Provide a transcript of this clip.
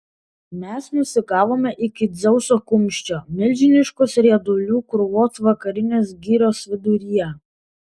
mes nusigavome iki dzeuso kumščio milžiniškos riedulių krūvos vakarinės girios viduryje